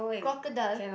crocodile